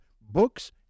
books